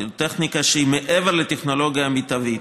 טכניקה שהיא מעבר לטכנולוגיה המיטבית.